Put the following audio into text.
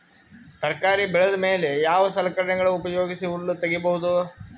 ತರಕಾರಿ ಬೆಳದ ಮೇಲೆ ಯಾವ ಸಲಕರಣೆಗಳ ಉಪಯೋಗಿಸಿ ಹುಲ್ಲ ತಗಿಬಹುದು?